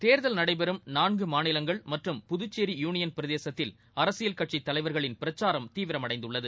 தேர்தல் நடைபெறும் நான்கு மாநிலங்கள் மற்றும் புதுச்சேரி யூனியள் பிரதேசத்தில் அரசியல் கட்சித் தலைவர்களின் பிரச்சாரம் தீவிரமடைந்துள்ளது